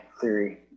theory